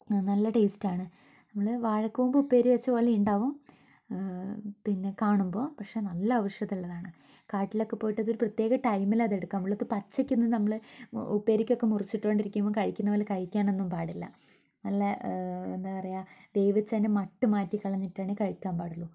നല്ല ടേസ്റ്റാണ് നമ്മൾ വാഴക്കൂമ്പ് ഉപ്പേരി വച്ചതുപോലെ ഉണ്ടാവും പിന്നെ കാണുമ്പോൾ പക്ഷെ നല്ല ഔഷധം ഉള്ളതാണ് കാട്ടിലൊക്കെ പോയിട്ട് അതൊരു പ്രത്യേക ടൈമിലാണ് അത് എടുക്കുക നമ്മൾ അത് പച്ചയ്ക്കൊന്നും നമ്മൾ ഉപ്പേരിക്കൊക്കെ മുറിച്ചിട്ടു കൊണ്ടിരിക്കുമ്പോൾ കഴിക്കുന്നപ്പോലെ കഴിക്കാൻ ഒന്നും പാടില്ല നല്ല എന്താ പറയുക വേവിച്ചതിൻ്റെ മട്ട് മാറ്റിക്കളഞ്ഞിട്ടാണ് കഴിക്കാൻ പാടുള്ളു